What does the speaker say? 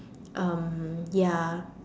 um ya